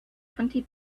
twenty